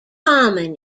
common